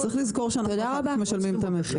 צריך לזכור שאנחנו אחר כך משלמים את המחיר.